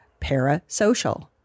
parasocial